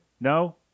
No